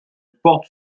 porte